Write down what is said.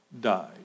died